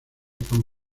como